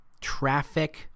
traffic